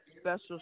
special